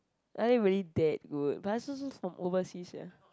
are they really that good but also from overseas sia